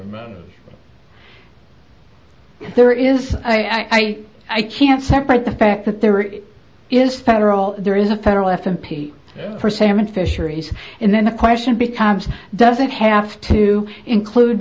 amount there is i i can't separate the fact that there is inspector all there is a federal f m p for salmon fisheries and then the question becomes does it have to include